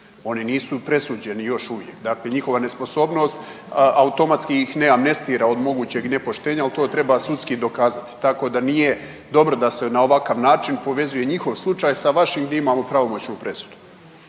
oni nisu presuđeni još uvijek, dakle njihova nesposobnost automatski ih ne amnestira od mogućeg nepoštenja, ali to treba sudski dokazati. Tako da nije dobro da se na ovakav način povezuje njihov slučaj sa vašim gdje imamo pravomoćnu presudu.